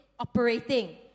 operating